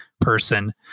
person